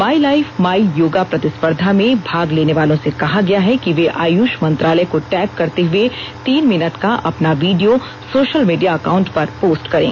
my life my yoga प्रतिस्पर्धो में भाग लेने वालों से कहा गया है कि वे आयुष मंत्रालय को टैग करते हुए तीन मिनट का अपना वीडियो सोशल मीडिया एकाउंट पर पोस्टर करें